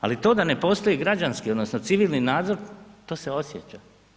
Ali to da ne postoji građanski odnosno civilni nadzor to se osjeća.